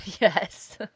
Yes